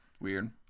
Weird